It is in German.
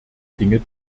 dinge